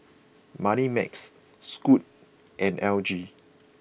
Moneymax Scoot and L G